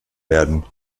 werden